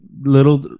little